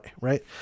right